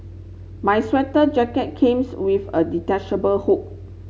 my sweater jacket with a detachable hood